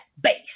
base